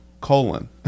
colon